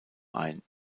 ein